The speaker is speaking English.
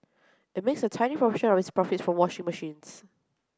it makes a tiny proportion of its profits from washing machines